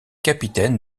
capitaine